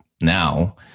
now